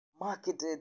marketed